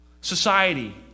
Society